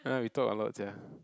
!huh! we talk a lot sia